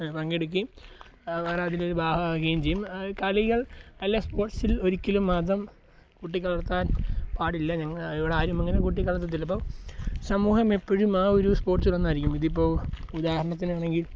പങ്കെടുക്കേം അവർ അതിലൊരു ഭാഗമാകുകയും ചെയ്യും കളികൾ അല്ലേ സ്പോർട്സിൽ ഒരിക്കലും മതം കൂട്ടിക്കലർത്താൻ പാടില്ല ഞങ്ങൾ ഇവിടെ ആരും അങ്ങനെ കൂട്ടിക്കലർത്തത്തില്ല ഇപ്പം സമൂഹം എപ്പോഴും ആ ഒരു സ്പോർട്സിൽ ഒന്നായിരിക്കും ഇതിപ്പോൾ ഉദാഹരണത്തിനാണെങ്കിൽ